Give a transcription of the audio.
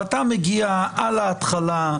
ואתה מגיע על ההתחלה,